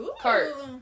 cart